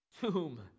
tomb